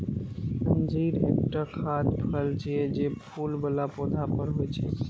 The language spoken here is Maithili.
अंजीर एकटा खाद्य फल छियै, जे फूल बला पौधा पर होइ छै